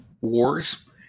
wars